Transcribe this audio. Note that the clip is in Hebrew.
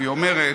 היא אומרת: